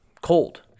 cold